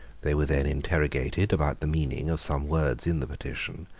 they were then interrogated about the meaning of some words in the petition,